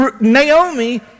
Naomi